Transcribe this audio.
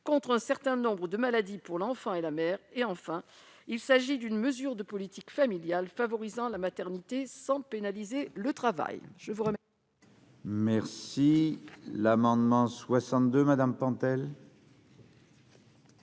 contre un certain nombre de maladies pour l'enfant et la mère ; enfin, elle constituerait une mesure de politique familiale favorisant la maternité sans pénaliser le travail.